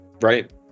right